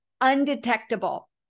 undetectable